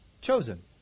chosen